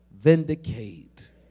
vindicate